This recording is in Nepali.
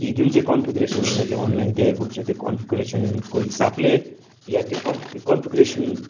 कि जुन चाहिँ कन्फ्युगुरेसन उनीहरूले अनलाइन देखेको हुन्छ त्यो कन्फ्युगुरेसनको हिसाबले या त्यो कन्फ्युगुरेसन